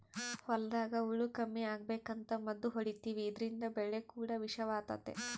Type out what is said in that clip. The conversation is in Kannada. ಹೊಲದಾಗ ಹುಳ ಕಮ್ಮಿ ಅಗಬೇಕಂತ ಮದ್ದು ಹೊಡಿತಿವಿ ಇದ್ರಿಂದ ಬೆಳೆ ಕೂಡ ವಿಷವಾತತೆ